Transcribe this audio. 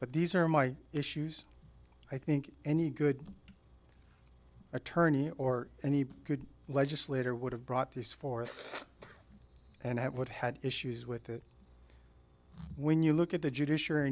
but these are my issues i think any good attorney or any good legislator would have brought this forth and what had issues with it when you look at the judicia